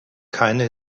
keine